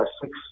six